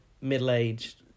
middle-aged